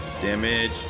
damage